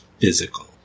physical